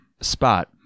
spot